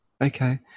Okay